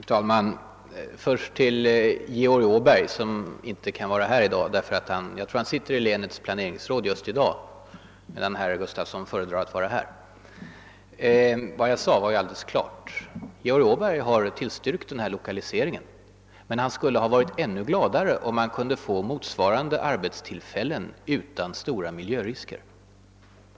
Herr talman! Först ett par ord om herr Georg Åberg, som inte kan vara här i dag. Jag tror att han just nu sitter i sammanträde med länets planeringsråd, medan herr Gustafsson i Uddevalla föredrar att vara här. Vad jag sade var alldeles klart. Herr Åberg har tillstyrkt denna lokalisering, men han skulle ha varit ännu gladare om han kunnat få motsvarande arbetstillfällen utan stora miljörisker.